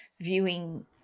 viewing